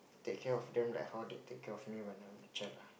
take care of them like how they care of me when I was a child